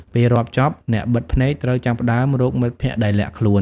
ពេលរាប់ចប់ អ្នកបិទភ្នែកត្រូវចាប់ផ្តើមរកមិត្តភក្តិដែលលាក់ខ្លួន ។